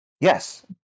Yes